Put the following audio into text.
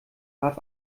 warf